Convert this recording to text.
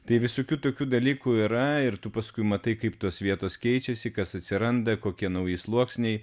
tai visokių tokių dalykų yra ir tu paskui matai kaip tos vietos keičiasi kas atsiranda kokie nauji sluoksniai